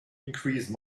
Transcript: increase